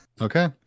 Okay